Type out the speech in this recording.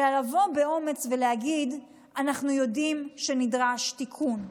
אלא לבוא באומץ ולהגיד: אנחנו יודעים שנדרש תיקון,